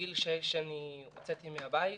בגיל שש הוצאתי מן הבית